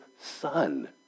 son